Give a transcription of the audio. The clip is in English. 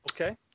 Okay